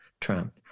Trump